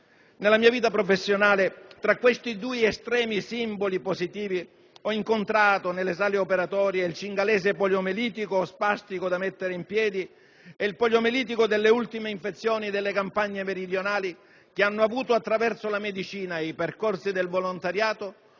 Nella mia vita professionale tra questi due estremi simboli positivi ho incontrato nelle sale operatorie il cingalese poliomielitico o spastico da mettere in piedi e il poliomielitico delle ultime infezioni delle campagne meridionali che hanno avuto attraverso la medicina ed il percorso del volontariato